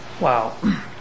Wow